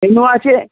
আছে